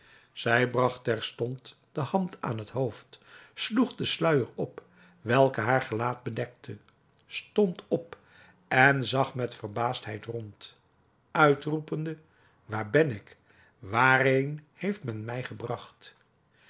zij bragt terstond de hand aan het hoofd sloeg den sluijer op welke haar gelaat bedekte stond op en zag met verbaasdheid rond uitroepende waar ben ik waarheen heeft men mij gebragt